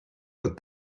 but